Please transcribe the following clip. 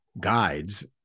guides